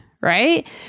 right